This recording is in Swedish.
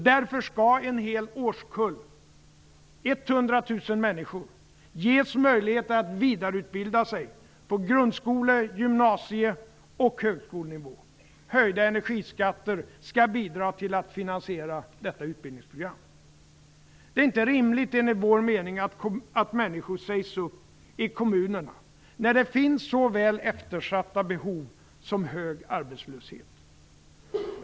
Därför skall en hel årskull, 100 000 människor ges möjlighet att vidareutbilda sig inom grundskolan, inom gymnasiet och på högskolenivå. Höjda energiskatter skall bidra till att finansiera detta utbildningsprogram. Det är enligt vår mening inte rimligt att människor sägs upp i kommunerna när det finns så väl eftersatta behov som hög arbetslöshet.